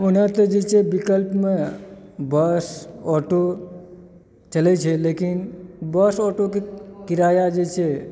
ओना तऽ जे छै विकल्पमे बस ऑटो चलए छै लेकिन बस ऑटोके किराया जे छै